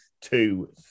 two